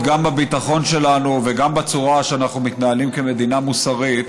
גם בביטחון שלנו וגם בצורה שאנחנו מתנהלים כמדינה מוסרית,